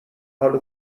حال